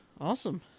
Awesome